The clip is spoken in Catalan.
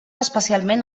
especialment